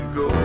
go